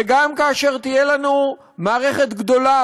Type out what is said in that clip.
וגם כאשר תהיה לנו מערכת גדולה,